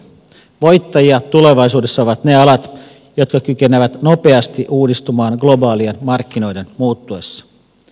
voittajia tulevaisuudessa ovat ne alat jotka kykenevät nopeasti uudistumaan globaalien markkinoiden muuttuessa